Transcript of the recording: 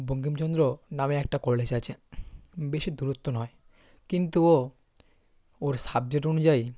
বঙ্কিমচন্দ্র নামে একটা কলেজ আছে বেশি দূরত্ব নয় কিন্তু ও ওর সাবজেক্ট অনুযায়ী